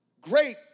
great